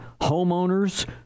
homeowners